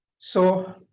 so